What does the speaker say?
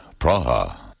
Praha